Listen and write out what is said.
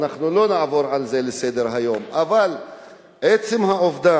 אנחנו לא נעבור על זה לסדר-היום, אבל עצם העובדה